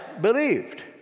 believed